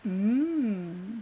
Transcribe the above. mmhmm